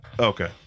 Okay